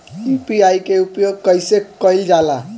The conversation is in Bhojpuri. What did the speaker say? यू.पी.आई के उपयोग कइसे कइल जाला?